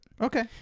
Okay